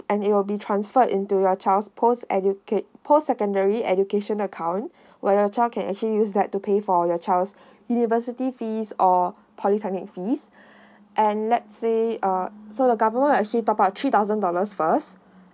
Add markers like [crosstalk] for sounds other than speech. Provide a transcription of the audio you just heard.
and it will be transferred into your child's post educate post secondary education account [breath] where your child can actually use that to pay for your child's [breath] university fees or polytechnic fees [breath] and let's say uh so the government actually top up a three thousand dollars first